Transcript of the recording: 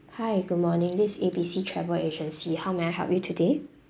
hi good morning this is A B C travel agency how may I help you today